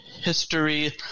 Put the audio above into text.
history